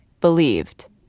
believed